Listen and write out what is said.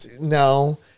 no